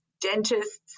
dentists